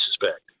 suspect